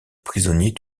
prisonniers